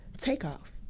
Takeoff